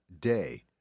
Day